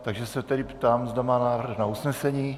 Takže se tedy ptám, zda má návrh na usnesení.